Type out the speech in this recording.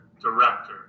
director